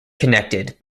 connected